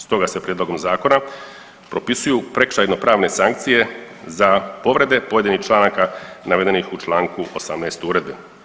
Stoga se prijedlogom zakona propisuju prekršajno pravne sankcije za povrede pojedinih članaka navedenih u čl. 18. uredbe.